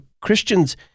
Christians